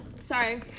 Sorry